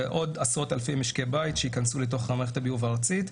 זה עוד עשרות-אלפי משקי בית שייכנסו לתוך מערכת הביוב הארצית.